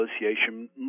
Association